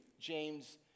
James